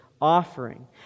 Offering